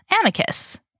Amicus